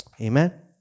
Amen